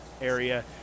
area